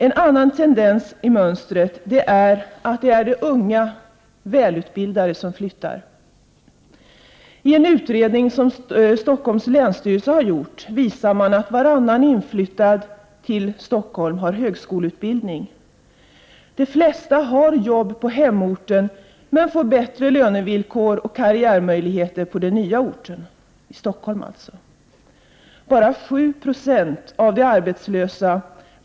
En annan tendens när det gäller detta mönster är att det är de unga och välutbildade som flyttar. En utredning som Stockholms länsstyrelse har gjort visar att varannan inflyttad till Stockholm har högskoleutbildning. De flesta har jobb på hemorten men får bättre lönevillkor och karriärmöjligheter på den nya orten, alltså i Stockholm.